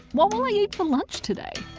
what will i eat for lunch today?